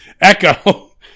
Echo